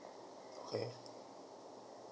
okay